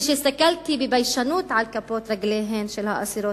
כשהסתכלתי בביישנות על כפות רגליהן של האסירות,